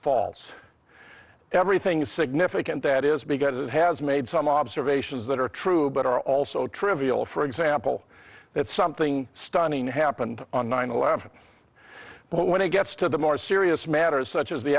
false everything is significant that is because it has made some observations that are true but are also trivial for example that something stunning happened on nine eleven but when it gets to the more serious matters such as the